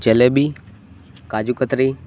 jalebi કાજુકતરી